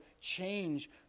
change